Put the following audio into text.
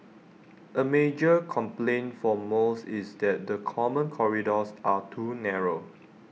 A major complaint for most is that the common corridors are too narrow